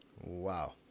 wow